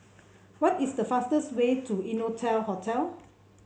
what is the fastest way to Innotel Hotel